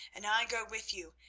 and i go with you,